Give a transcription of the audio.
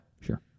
Sure